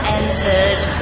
entered